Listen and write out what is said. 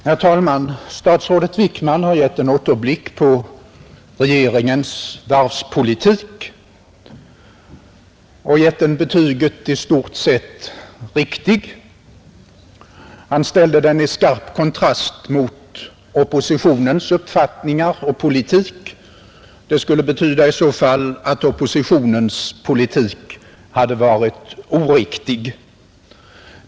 Herr talman! Statsrådet Wickman har gjort en återblick på regeringens varvspolitik och givit den betyget ”riktig”. Han ställde den i skarp kontrast till oppositionens uppfattningar och politik. Det skulle betyda att oppositionens politik hade varit oriktig.